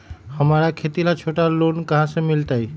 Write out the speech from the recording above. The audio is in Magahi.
हमरा खेती ला छोटा लोने कहाँ से मिलतै?